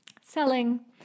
selling